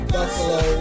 Buffalo